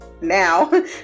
now